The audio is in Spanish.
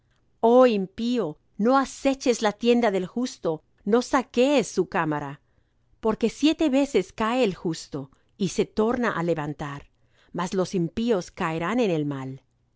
cortada oh impío no aceches la tienda del justo no saquees su cámara porque siete veces cae el justo y se torna á levantar mas los impíos caerán en el mal